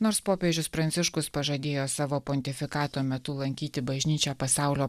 nors popiežius pranciškus pažadėjo savo pontifikato metu lankyti bažnyčią pasaulio